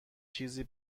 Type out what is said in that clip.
چیزی